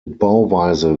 bauweise